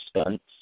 stunts